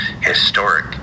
historic